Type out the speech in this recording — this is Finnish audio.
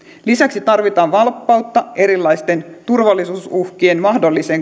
lisäksi tarvitaan valppautta erilaisten turvallisuusuhkien mahdollisen